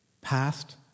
past